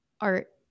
art